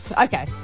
Okay